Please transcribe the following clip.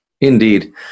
Indeed